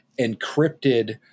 encrypted